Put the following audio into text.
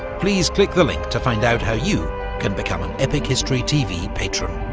please click the link to find out how you can become an epic history tv patron.